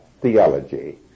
theology